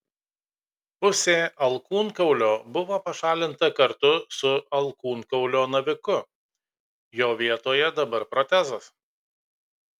pusė alkūnkaulio buvo pašalinta kartu su alkūnkaulio naviku jo vietoje dabar protezas